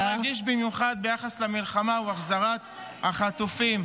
נושא שרגיש במיוחד ביחס למלחמה הוא החזרת החטופים.